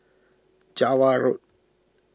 Java Road